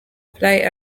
play